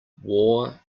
war